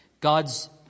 God's